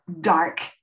dark